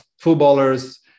footballers